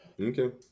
okay